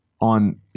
on